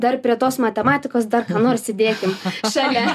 dar prie tos matematikos dar ką nors įdėkim šalia